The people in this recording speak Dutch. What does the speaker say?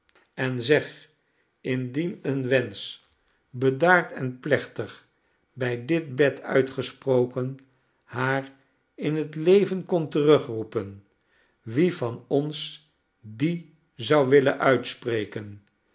en zeg indien een wensch bedaard en plechtig bij dit bed uitgesproken haar in het leven kon terugroepen wie van ons dien zou willen uitspreken